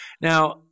Now